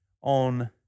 On